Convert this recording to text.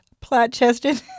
plat-chested